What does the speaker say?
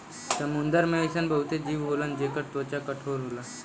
समुंदर में अइसन बहुते जीव होलन जेकर त्वचा कठोर होला